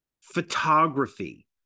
photography